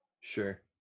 Sure